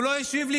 הוא לא השיב לי,